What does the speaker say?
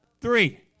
Three